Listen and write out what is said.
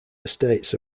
estates